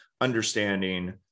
understanding